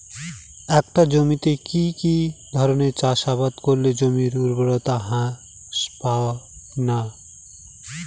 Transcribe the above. একটা জমিতে কি কি ধরনের চাষাবাদ করলে জমির উর্বরতা হ্রাস পায়না?